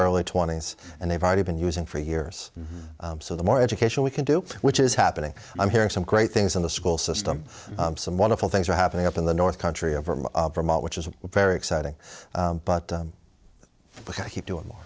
early twenty's and they've already been using for years so the more education we can do which is happening i'm hearing some great things in the school system some wonderful things are happening up in the north country of vermont which is very exciting but keep doing